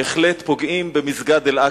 בהחלט פוגעות, במסגד אל-אקצא,